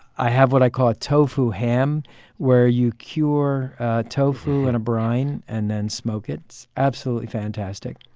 i have what i call tofu ham where you cure tofu in a brine and then smoke it. it's absolutely fantastic